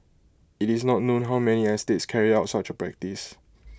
IT is not known how many other estates carried out such A practice